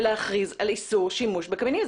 ולהכריז על איסור שימוש בקמינים.